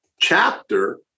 chapter